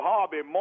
Harvey